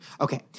Okay